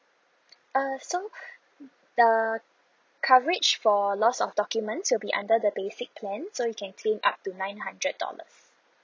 err so the coverage for loss of documents will be under the basic plan so you can claim up to nine hundred dollars